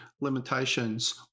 limitations